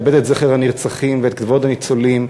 כבד את זכר הנרצחים ואת כבוד הניצולים,